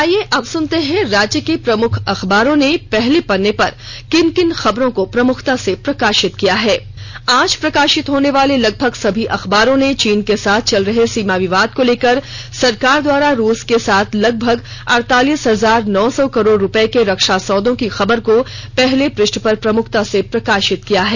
और आईये अब सुनते हैं राज्य के प्रमुख अखबारों ने पहले पत्रे पर किन किन खबरों को प्रमुखता से प्रकाषित किया है आज प्रकाषित होनेवाले लगभग सभी अखबारों ने चीन के साथ चल रहे सीमा विवाद को लेकर सरकार द्वारा रूस के साथ लगभग अड़तालीस हजार नौ सौ करोड़ रुपये के रक्षा सौदे की खबर को पहले पृष्ठ पर प्रमुखता से प्रकाषित किया है